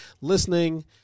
listening